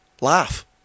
Laugh